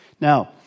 now